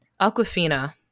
Aquafina